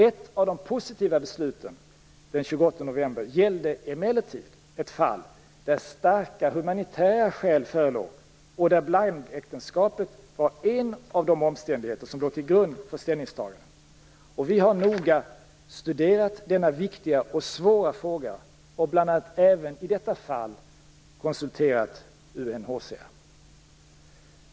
Ett av de positiva besluten den 28 november gällde emellertid ett fall där starka humanitära skäl förelåg och där blandäktenskapet var en av de omständigheter som låg till grund för ställningstagandet. Vi har noga studerat denna viktiga och svåra fråga och bl.a. även i detta fall konsulterat UNHCR.